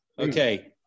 Okay